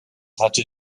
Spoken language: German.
hatte